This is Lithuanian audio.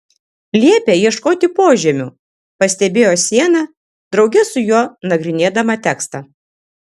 liepia ieškoti požemių pastebėjo siena drauge su juo nagrinėdama tekstą